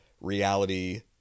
reality